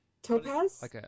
Topaz